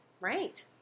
right